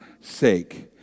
sake